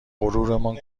غرورمان